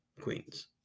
Queens